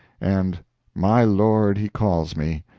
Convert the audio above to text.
and my lord he calls me.